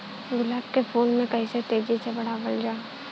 गुलाब क फूल के कइसे तेजी से बढ़ावल जा?